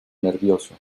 nervioso